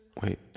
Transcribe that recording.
wait